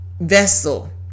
vessel